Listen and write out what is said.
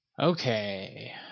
okay